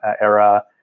era